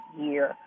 year